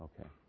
Okay